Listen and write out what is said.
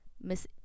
Miss